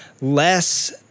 less